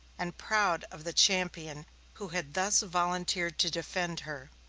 and proud of the champion who had thus volunteered to defend her.